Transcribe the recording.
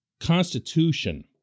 constitution